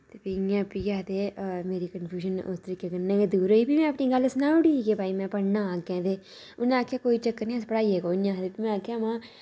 ते फ्ही इयां फ्ही के आखदे मेरी कन्फयूजन उस तरीके कन्नै गै दूर होई फ्ही मैं अपनी गल्ल सनाई ओड़ी ही के भाई मैं पढ़ना अग्गें ते उनें आखेआ कोई चक्कर नि अस पढ़ाइयै कोई नेईं आखदे फ्ही मैं आखेआ महां